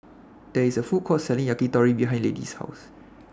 There IS A Food Court Selling Yakitori behind Lady's House